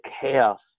chaos